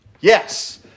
yes